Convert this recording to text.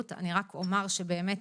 אזורים שבאמת